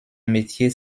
métier